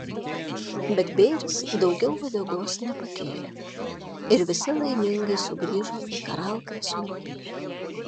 bet bėris daugiau uodegos nepakėlė ir visi laimingai sugrįžo į karalkrėslio pilį